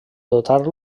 dotar